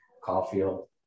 Caulfield